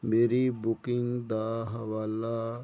ਮੇਰੀ ਬੁਕਿੰਗ ਦਾ ਹਵਾਲਾ